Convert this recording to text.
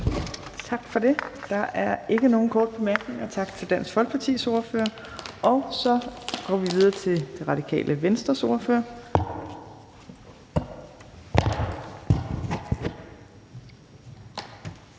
Tak for det. Der er ikke nogen korte bemærkninger. Tak til Dansk Folkepartis ordfører, og så går vi videre til Det Radikale Venstres ordfører.